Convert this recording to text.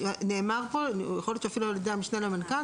נאמר פה יכול להיות אפילו שעל-ידי המשנה למנכ"ל